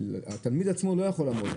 התלמיד עצמו לא יכול לעמוד,